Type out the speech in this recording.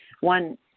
one